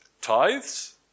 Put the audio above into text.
tithes